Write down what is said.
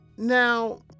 Now